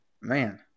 man